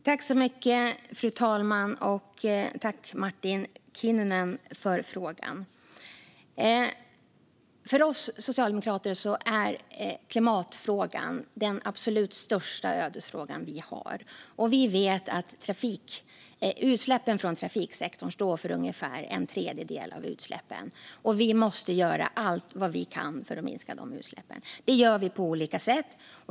Fru talman! Tack för frågan, Martin Kinnunen! För oss socialdemokrater är klimatfrågan den absolut största ödesfrågan, och vi vet att utsläppen från trafiksektorn står för ungefär en tredjedel av utsläppen. Vi måste göra allt vi kan för att minska de utsläppen, och det gör vi på olika sätt.